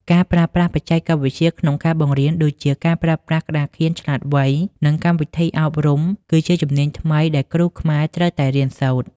ការប្រើប្រាស់បច្ចេកវិទ្យាក្នុងការបង្រៀន ដូចជាការប្រើប្រាស់ក្តារខៀនឆ្លាតវៃ និងកម្មវិធីអប់រំ គឺជាជំនាញថ្មីដែលគ្រូខ្មែរត្រូវតែរៀនសូត្រ។